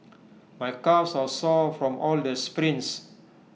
my calves are sore from all the sprints